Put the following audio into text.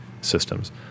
systems